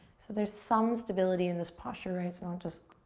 so there's some stability in this posture, right? it's not just,